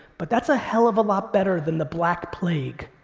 but that's a hell of a lot better than the black plague.